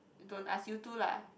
don't ask you to lah